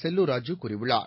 செல்லூர் ராஜூ கூறியுள்ளார்